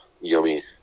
yummy